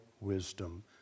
wisdom